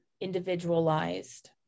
individualized